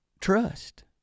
trust